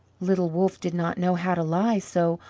little wolff did not know how to lie, so,